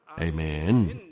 Amen